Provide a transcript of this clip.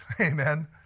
Amen